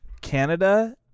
Canada